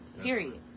period